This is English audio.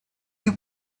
you